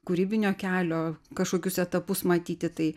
kūrybinio kelio kažkokius etapus matyti tai